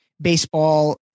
baseball